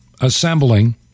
assembling